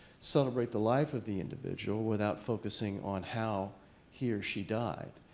celebrate the life of the individual without focusing on how he or she died.